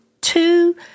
two